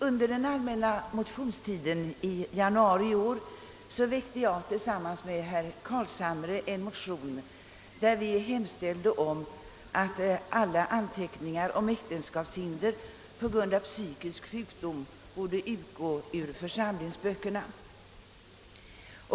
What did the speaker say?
Under den allmänna motionstiden i januari i år väckte jag tillsammans med herr Carlshamre en motion, i vilken vi hemställde om att alla anteckningar om äktenskapshinder på grund av psykisk sjukdom skulle utgå ur församlingsböckerna.